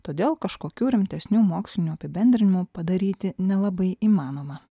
todėl kažkokių rimtesnių mokslinių apibendrinimų padaryti nelabai įmanoma